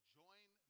join